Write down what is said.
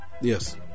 yes